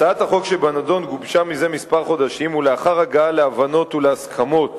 הצעת החוק שבנדון גובשה לפני כמה חודשים ולאחר הגעה להבנות ולהסכמות